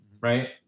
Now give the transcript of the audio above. Right